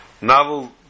Novel